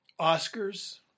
Oscars